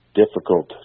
difficult